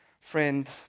Friend